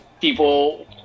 people